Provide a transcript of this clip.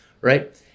right